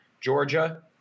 Georgia